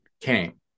came